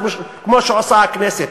כמו שעושה הכנסת.